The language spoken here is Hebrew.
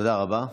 תודה רבה.